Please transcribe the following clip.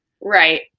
Right